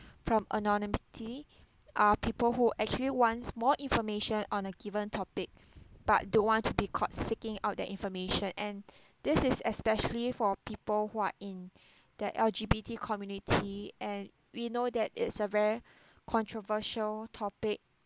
from anonymity are people who actually wants more information on a given topic but don't want to be caught seeking out that information and this is especially for people who are in the L_G_B_T community and we know that it's a very controversial topic